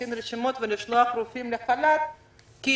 להכין רשימות ולשלוח רופאים לחל"ת כי